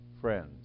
friends